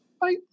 Bye